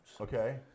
Okay